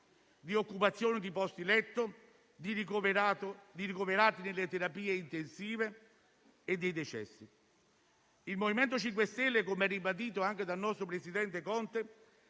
di occupazione di posti letto, di ricoverati nelle terapie intensive e di decessi. Il MoVimento 5 Stelle, come ribadito anche dal nostro presidente Conte,